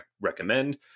recommend